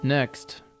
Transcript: Next